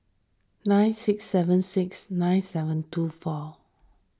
nine six seven six nine seven two four